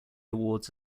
awards